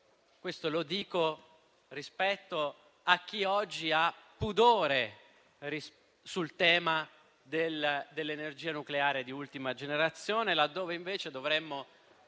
*green*. Lo dico rispetto a chi oggi ha pudore sul tema dell'energia nucleare di ultima generazione, laddove invece dovremmo